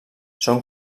són